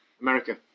America